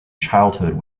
childhood